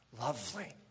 lovely